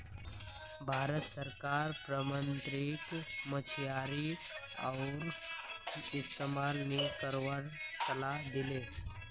भारत सरकार पारम्परिक मछियारी नाउर इस्तमाल नी करवार सलाह दी ले